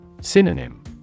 Synonym